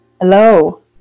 Hello